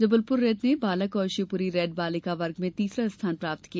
Jabalpur red ने बालक और शिवपुरी रेड बालिका वर्ग में तीसरा स्थान प्राप्त किया